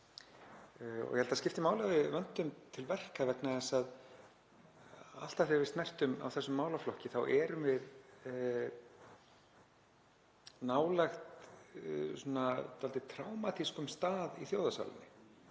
Ég held að það skipti máli að við vöndum til verka vegna þess að alltaf þegar við snertum á þessum málaflokki þá erum við nálægt dálítið trámatískum stað í þjóðarsálinni.